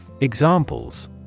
Examples